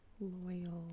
loyal